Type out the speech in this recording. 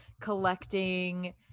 collecting